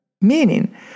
meaning